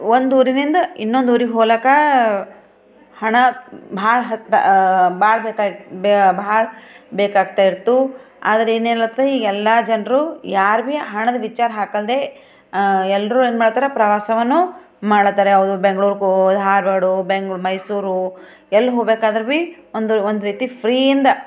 ಒಂದು ಊರಿನಿಂದ ಇನ್ನೊಂದು ಊರಿಗೆ ಹೋಲಾಕ್ಕ ಹಣ ಭಾಳ ಹತ್ತ ಭಾಳ ಬೇಕಾಗಿ ಬ ಭಾಳ ಬೇಕಾಗ್ತಾಯಿತ್ತು ಆದ್ರೆ ಇನ್ನೇನಾತ್ತ ಈಗೆಲ್ಲ ಜನರು ಯಾರು ಭಿ ಹಣದ ವಿಚಾರ ಹಾಕಲ್ದೆ ಎಲ್ಲರೂ ಏನು ಮಾಡ್ತಾರೆ ಪ್ರವಾಸವನ್ನು ಮಾಡತಾರೆ ಅವರು ಬೆಂಗ್ಳೂರಿಗೋ ಧಾರವಾಡ ಬೆಂಗ್ ಮೈಸೂರು ಎಲ್ಲಿ ಹೋಗಬೇಕಾದ್ರು ಭಿ ಒಂದು ಒಂದು ರೀತಿ ಫ್ರೀಯಿಂದ